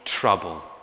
trouble